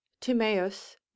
Timaeus